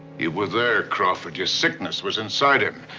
you were there, crawford. your sickness was inside him.